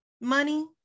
money